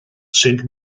saint